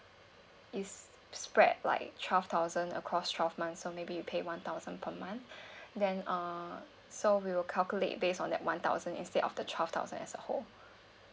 it's split like twelve thousand across twelve months so maybe you pay one thousand per month then uh so we will calculate based on that one thousand instead of the twelve thousand as a whole